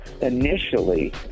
Initially